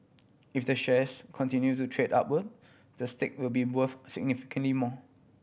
if the shares continue to trade upward the stake will be worth significantly more